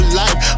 life